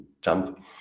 jump